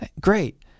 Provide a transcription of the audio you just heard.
Great